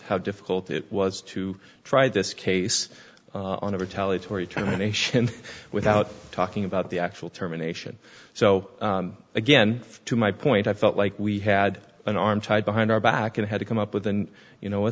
how difficult it was to try this case on of retaliatory trial without talking about the actual terminations so again to my point i felt like we had an arm tied behind our back and had to come up with and you know a